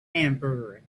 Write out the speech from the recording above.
hamburger